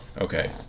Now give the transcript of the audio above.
Okay